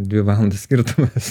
dvi valandos skirtumas